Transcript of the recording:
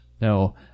No